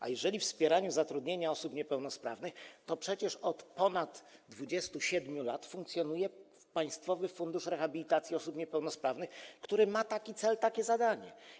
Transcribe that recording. A jeżeli chodzi o wspieranie zatrudnienia osób niepełnosprawnych, to przecież od ponad 27 lat funkcjonuje Państwowy Fundusz Rehabilitacji Osób Niepełnosprawnych, który ma taki cel i takie zadanie.